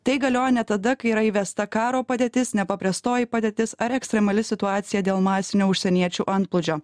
tai galioja net tada kai yra įvesta karo padėtis nepaprestoji padėtis ar ekstremali situacija dėl masinio užsieniečių antplūdžio